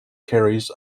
carries